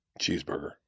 Cheeseburger